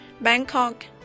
Bangkok